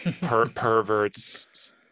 perverts